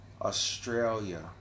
Australia